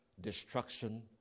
destruction